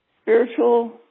spiritual